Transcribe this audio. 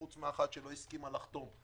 חוץ מאחת שלא הסכימה לחתום.